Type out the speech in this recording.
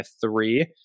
three